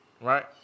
Right